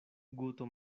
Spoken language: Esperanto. guto